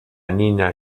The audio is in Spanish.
niña